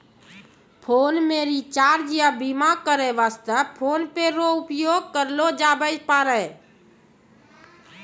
phone मे recharge या बीमा करै वास्ते फोन पे रो उपयोग करलो जाबै पारै